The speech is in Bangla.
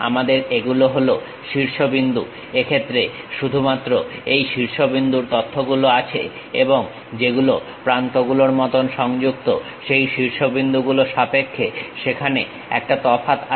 আমাদের এগুলো হলো শীর্ষবিন্দু এক্ষেত্রে শুধুমাত্র এই শীর্ষবিন্দুর তথ্যগুলো আছে এবং যেগুলো প্রান্ত গুলোর মতন সংযুক্ত সেই শীর্ষবিন্দুগুলো সাপেক্ষে সেখানে একটা তফাৎ আছে